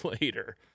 later